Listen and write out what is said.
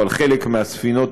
או על חלק מהספינות,